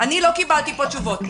אני לא קיבלתי פה תשובות.